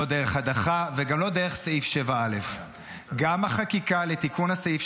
לא דרך הדחה וגם לא דרך סעיף 7א. גם החקיקה לתיקון הסעיף,